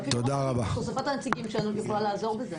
אבל כפי שאמרתי הוספת הנציגים שלנו יכולה לעזור בזה.